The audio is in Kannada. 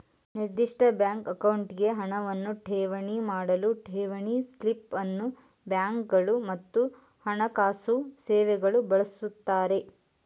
ನಿರ್ದಿಷ್ಟ ಬ್ಯಾಂಕ್ ಅಕೌಂಟ್ಗೆ ಹಣವನ್ನ ಠೇವಣಿ ಮಾಡಲು ಠೇವಣಿ ಸ್ಲಿಪ್ ಅನ್ನ ಬ್ಯಾಂಕ್ಗಳು ಮತ್ತು ಹಣಕಾಸು ಸೇವೆಗಳು ಬಳಸುತ್ತಾರೆ